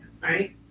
Right